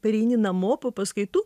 pareini namo po paskaitų